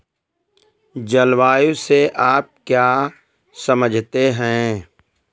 जलवायु से आप क्या समझते हैं?